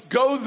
go